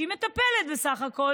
שהיא מטפלת בסך הכול,